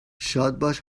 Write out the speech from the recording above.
شادباد